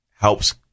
helps